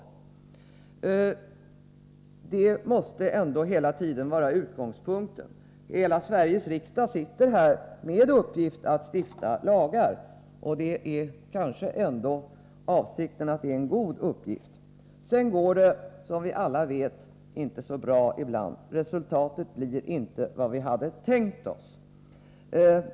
Det måste ändå hela tiden vara utgångspunkten. Hela Sveriges riksdag sitter här med uppgift att stifta lagar, och det är väl ändå avsikten att det skall vara en god uppgif" Sedan går det som vi alla vet inte så bra ibland. Resultatet blir inte vad vi hade tänkt oss.